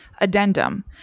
addendum